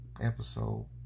episode